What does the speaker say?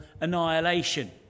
annihilation